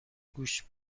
گوش